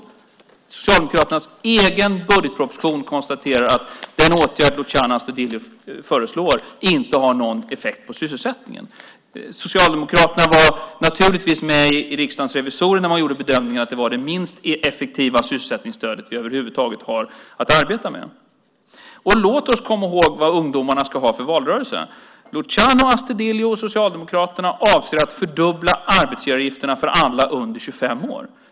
I Socialdemokraternas egen budgetproposition konstateras att den åtgärd som Luciano Astudillo föreslår inte har någon effekt på sysselsättningen. Socialdemokraterna var naturligtvis med när Riksdagens revisorer gjorde bedömningen att det var det minst effektiva sysselsättningsstöd som vi över huvud taget har att arbeta med. Låt oss komma ihåg vad ungdomarna har att se fram emot för valrörelse. Luciano Astudillo och Socialdemokraterna avser att fördubbla arbetsgivaravgifterna för alla under 25 år.